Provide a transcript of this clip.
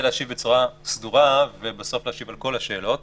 להשיב בצורה סדורה ובסוף להשיב על כל השאלות.